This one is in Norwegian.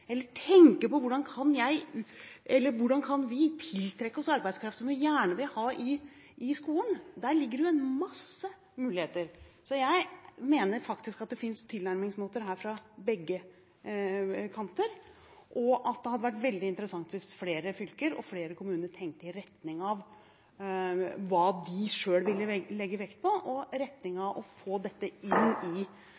eller tenke på: Hvordan kan vi tiltrekke oss arbeidskraft som vi gjerne vil ha i skolen? Der ligger det mange muligheter. Jeg mener faktisk at det finnes tilnærmingsmåter her fra begge kanter, og at det hadde vært veldig interessant hvis flere fylker og kommuner tenkte i retning av hva de selv ville legge vekt på, og tenkte på noe i retning